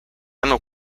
hanno